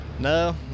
No